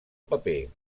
paper